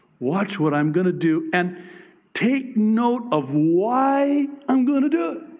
watch what i'm going to do and take note of why i'm going to do it.